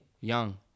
young